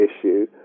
issue